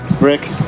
Rick